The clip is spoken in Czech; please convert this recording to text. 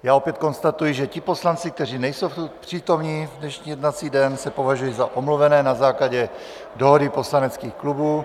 Já opět konstatuji, že ti poslanci, kteří nejsou přítomni dnešní jednací den, se považují za omluvené na základě dohody poslaneckých klubů.